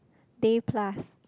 DayPlus